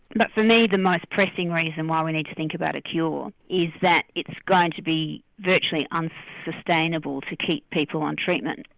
but for me the most pressing reason and why we need to think about a cure is that it's going to be virtually unsustainable to keep people on treatment.